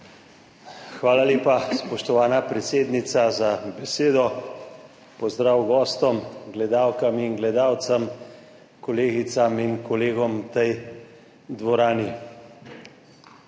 Hvala lepa, spoštovana predsednica za besedo. Pozdrav gostom, gledalkam in gledalcem, kolegicam in kolegom v tej dvorani!